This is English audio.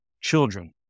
children